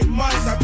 months